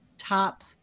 Top